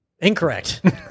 Incorrect